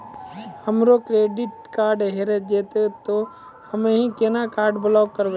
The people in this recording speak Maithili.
हमरो क्रेडिट कार्ड हेरा जेतै ते हम्मय केना कार्ड ब्लॉक करबै?